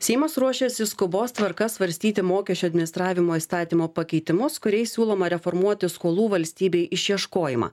seimas ruošiasi skubos tvarka svarstyti mokesčių administravimo įstatymo pakeitimus kuriais siūloma reformuoti skolų valstybei išieškojimą